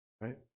Right